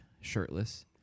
shirtless